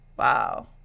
Wow